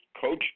Coach